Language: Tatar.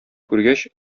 күргәч